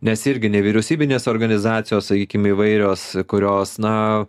nes irgi nevyriausybinės organizacijos sakykim įvairios kurios na